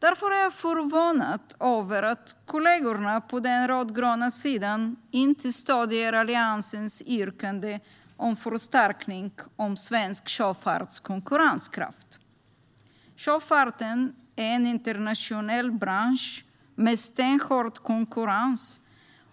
Därför är jag förvånad över att kollegorna på den rödgröna sidan inte stöder Alliansens yrkande om förstärkning av svensk sjöfarts konkurrenskraft. Sjöfarten är en internationell bransch med stenhård konkurrens,